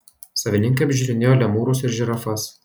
savininkai apžiūrinėjo lemūrus ir žirafas